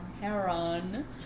heron